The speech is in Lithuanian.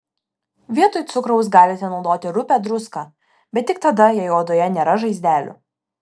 vietoj cukraus galite naudoti rupią druską bet tik tada jei odoje nėra žaizdelių